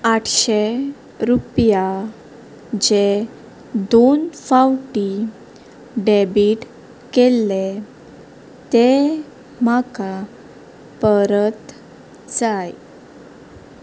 आठशे रुपया जे दोन फावटी डॅबीट केल्ले ते म्हाका परत जाय